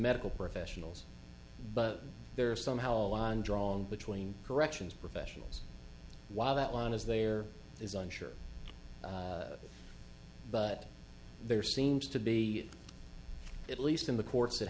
medical professionals but there is somehow a line drawn between corrections professionals why that one is there is one sure but there seems to be at least in the courts that